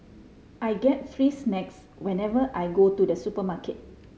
I get free snacks whenever I go to the supermarket